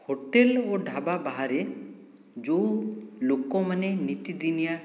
hotel ଓ ଢାବା ବାହାରେ ଯେଉଁ ଲୋକମାନେ ନିତି ଦିନିଆ